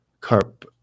Carp